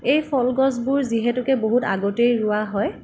এই ফল গছবোৰ যিহেতুকে বহুত আগতেই ৰোৱা হয়